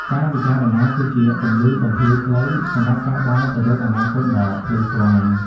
ការពិចារណាគឺជាពន្លឺបំភ្លឺផ្លូវ សម្រាប់ការដើរទៅរកអនាគតដ៏ភ្លឺស្វាង។